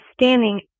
standing